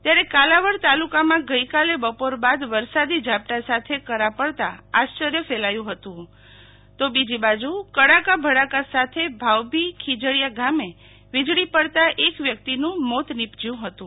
ત્યારે કાલાવાડ તાલુકામાં ગઈકાલે બપોર બાદ વરસાદી ઝાપટા સાથે કરા પડતા આશ્વર્ય ફેલાયુ હતું તો બીજી બાજુ કડાકા ભડાકા સાથે ભાવાભી ખીજડીયા ગામે વીજળી પડતા એક વ્યક્તીનું મોત નીપજ્યું હતું